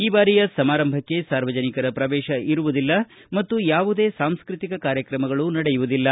ಈ ಬಾರಿಯ ಸಮಾರಂಭಕ್ಕೆ ಸಾರ್ವಜನಿಕರ ಪ್ರವೇಶ ಇರುವುದಿಲ್ಲ ಮತ್ತು ಯಾವುದೇ ಸಾಂಸ್ಟೃತಿಕ ಕಾರ್ಯಕ್ರಮ ನಡೆಯುವುದಿಲ್ಲ